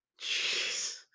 Jeez